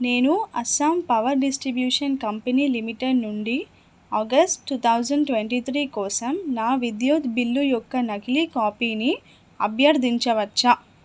నేను Assam power distribution company limited నుండి August two thousand twenty three కోసం నా విద్యుత్ బిల్లు యొక్క నకిలీ కాపీని అభ్యర్థించవచ్చా